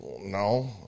No